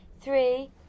three